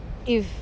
if